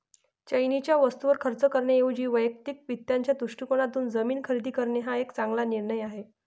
चैनीच्या वस्तूंवर खर्च करण्याऐवजी वैयक्तिक वित्ताच्या दृष्टिकोनातून जमीन खरेदी करणे हा एक चांगला निर्णय आहे